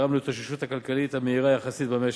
ותרם להתאוששות הכלכלית המהירה יחסית במשק.